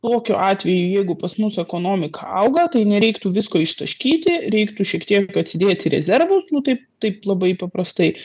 tokiu atveju jeigu pas mus ekonomika auga tai nereiktų visko ištaškyti reiktų šiek tiek atsidėti rezervus nu taip taip labai paprastai